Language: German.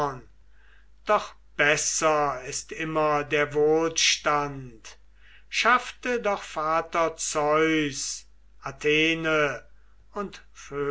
doch besser ist immer der wohlstand schaffte doch vater zeus athene und